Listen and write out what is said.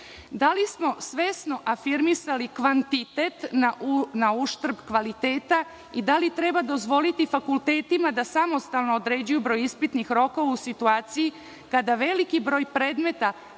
li smo svesno afirmisali kvantitet na uštrb kvaliteta i da li treba dozvoliti fakultetima da samostalno određuju broj ispitnih rokova u situaciji kada veliki broj predmeta